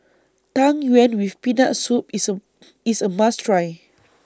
Tang Yuen with Peanut Soup IS A IS A must Try